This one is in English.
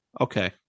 Okay